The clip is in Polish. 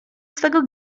swego